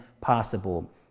possible